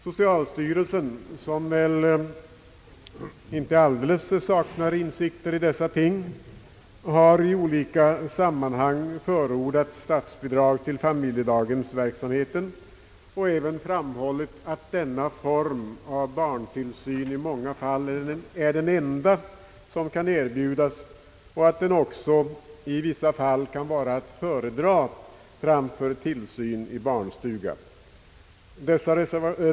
Socialstyrelsen, som väl inte alldeles saknar insikter i dessa ting, har i olika sammanhang förordat statsbidrag till familjedaghemsverksamheten och även framhållit att denna form av barntillsyn i många fall är den enda som kan erbjudas och att den också i vissa fall kan vara att föredra framför tillsyn i barnstuga.